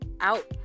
out